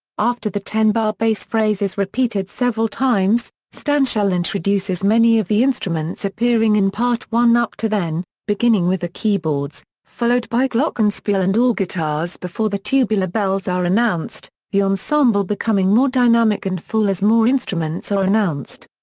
after the ten bar bass phrase is repeated several times, stanshall introduces many of the instruments appearing in part one up to then, beginning with the keyboards, followed by glockenspiel and all guitars before before the tubular bells are announced, the ensemble becoming more dynamic and full as more instruments are announced.